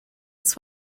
its